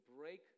break